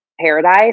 paradise